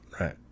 right